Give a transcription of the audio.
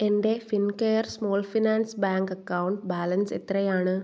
എൻ്റെ Fincare small finance bank account balance എത്രയാണ്